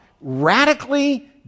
radically